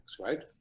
Right